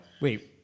Wait